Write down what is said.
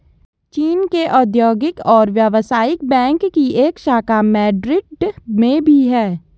चीन के औद्योगिक और व्यवसायिक बैंक की एक शाखा मैड्रिड में भी है